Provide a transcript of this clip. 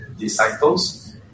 disciples